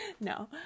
No